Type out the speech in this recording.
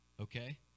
okay